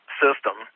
system